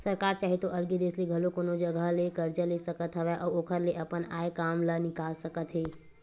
सरकार चाहे तो अलगे देस ले घलो कोनो जघा ले करजा ले सकत हवय अउ ओखर ले अपन आय काम ल निकाल सकत हे